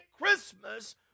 Christmas